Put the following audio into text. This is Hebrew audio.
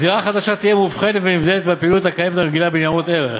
הזירה החדשה תהיה מובחנת ונבדלת מהפעילות הקיימת הרגילה בניירות ערך,